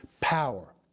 power